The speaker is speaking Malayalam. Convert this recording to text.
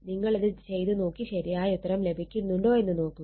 നിങ്ങളിത് ചെയ്ത് നോക്കി ശരിയായ ഉത്തരം ലഭിക്കുന്നുണ്ടോ എന്ന് നോക്കുക